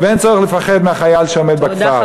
ואין צורך לפחד מהחייל שעומד בכפר.